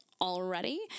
already